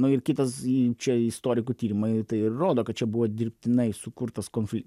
nu ir kitas čia istorikų tyrimai tai ir rodo kad čia buvo dirbtinai sukurtas konfi